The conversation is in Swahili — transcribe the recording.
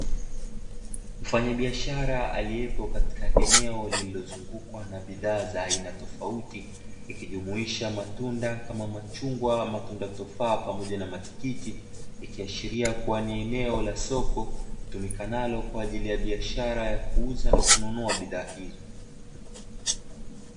Mfanyabiashara aliyepo katika eneo lililozungukwa na bidhaa za aina tofauti ikijumuisha matunda kama: machungwa, matunda tofaa pamoja na matikiti. Ikiashiria kuwa ni eneo la soko litumikalo kwa ajili ya biashara ya kuuza na kununua bidhaa hizo.